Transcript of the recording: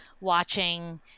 watching